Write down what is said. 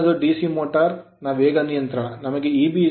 ಮುಂದಿನದು DC motor motor ನ ವೇಗ ನಿಯಂತ್ರಣ